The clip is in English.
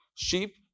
Sheep